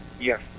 yes